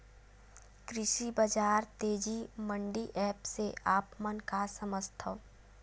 कृषि बजार तेजी मंडी एप्प से आप मन का समझथव?